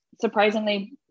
surprisingly